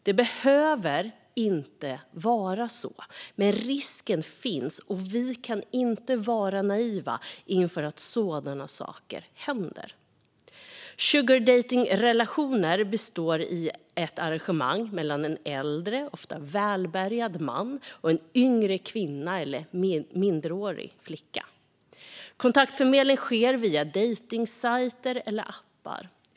Det behöver inte vara så, men risken finns och vi kan inte vara naiva inför att sådana saker händer. Sugardejtningsrelationer består i ett arrangemang mellan en äldre, ofta välbärgad man och en yngre kvinna eller minderårig flicka. Kontaktförmedlingen sker via dejtningssajter eller appar.